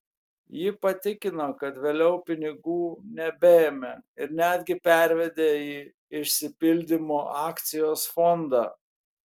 ji patikino kad vėliau pinigų nebeėmė ir netgi pervedė į išsipildymo akcijos fondą